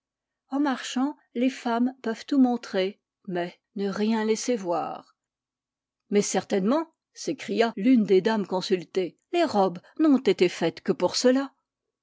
en marchant les femmes peuvent tout montrer mais ne rien laisser voir mais certainement s'écria l'une des dames consultées les robes n'ont été faites que pour cela